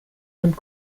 und